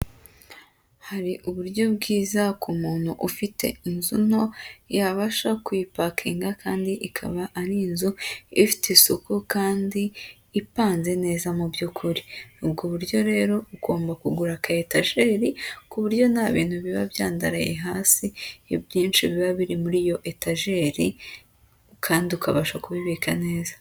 Hari uburyo bwiza ku muntu ufite inzu nto yabasha kuyipakinga kandi ikaba ari inzu ifite isuku kandi ipanze neza mu by'ukuri. Ni ubwo buryo rero ugomba kugura aka etajeri ku buryo nta bintu biba byandaraye hasi, ibyinshi biba biri muri iyo etajeri kandi ukabasha kubibika neza.